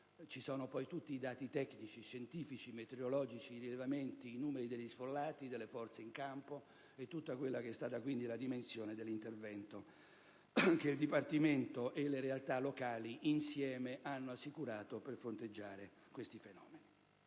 - sono contenuti tutti i dati tecnici, scientifici, meteorologici e di rilevamento, come il numero degli sfollati, delle forze in campo e tutti i dati riferibili alla dimensione dell'intervento che il Dipartimento e le realtà locali insieme hanno assicurato per fronteggiare questo fenomeno.